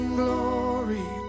glory